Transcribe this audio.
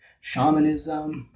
shamanism